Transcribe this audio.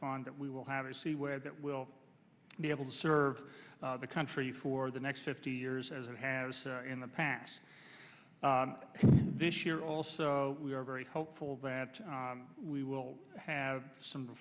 find that we will have to see whether that will be able to serve the country for the next fifty years as it has in the past this year also we are very hopeful that we will have some